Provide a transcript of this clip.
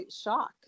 shock